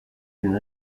une